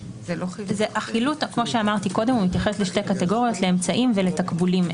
החילוט כפי שאמרתי מתייחס לשתי קטגוריות לאמצעים ולתקבולים.